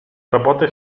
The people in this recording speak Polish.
roboty